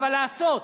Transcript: אבל לעשות.